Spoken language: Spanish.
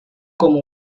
como